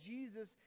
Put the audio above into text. Jesus